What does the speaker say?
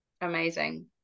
amazing